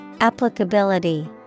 Applicability